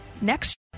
next